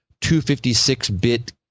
256-bit